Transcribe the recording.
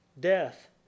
Death